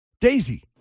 Daisy